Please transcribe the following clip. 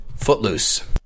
Footloose